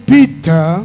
Peter